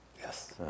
Yes